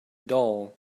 doll